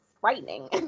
frightening